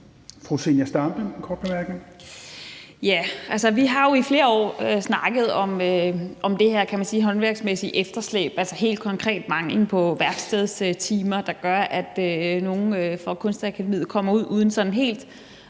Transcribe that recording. Zenia Stampe (RV): Vi har jo i flere år snakket om det her håndværksmæssige efterslæb, altså helt konkret mangelen på værkstedstimer, der gør, at nogle fra Kunstakademiet kommer ud uden sådan helt